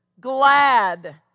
glad